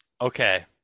Okay